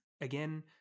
Again